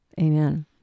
Amen